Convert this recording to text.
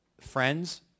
Friends